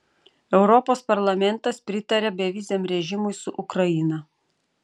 europos parlamentas pritarė beviziam režimui su ukraina